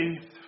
faith